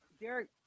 Derek